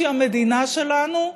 שהיא המדינה שלנו.